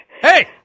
Hey